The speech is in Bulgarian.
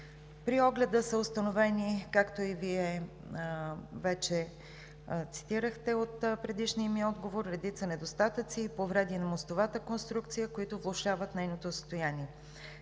При огледа са установени, както и Вие вече цитирахте от предишния ми отговор, редица недостатъци и повреди на мостова конструкция, които влошават нейното състояние.